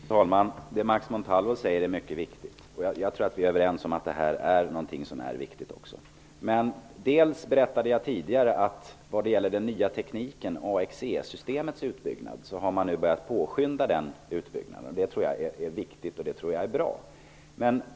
Fru talman! Det Max Montalvo säger är mycket viktigt, det tror jag att vi är överens om. Jag berättade tidigare att man nu har börjat skynda på den nya tekniken, utbyggnaden av AXE-systemet, och det tror jag är viktigt och bra.